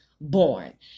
born